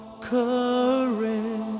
courage